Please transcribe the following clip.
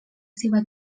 seva